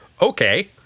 okay